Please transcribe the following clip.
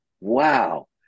wow